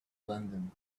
london